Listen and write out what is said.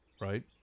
right